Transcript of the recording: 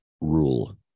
rule